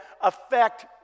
affect